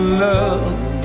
love